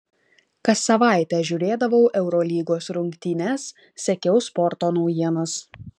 kas savaitę žiūrėdavau eurolygos rungtynes sekiau sporto naujienas